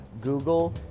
Google